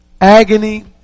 agony